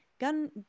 gun